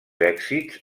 èxits